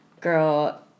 girl